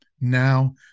now